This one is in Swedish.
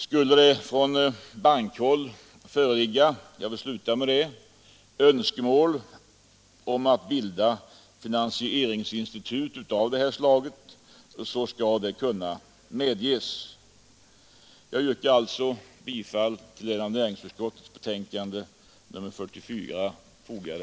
Skulle det — jag vill sluta med detta från bankhåll föreligga önskemål om att bilda finansieringsinstitut av det här slaget, skall det kunna medges. Jag yrkar alltså bifall till den vid näringsutskottets be